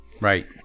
Right